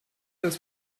das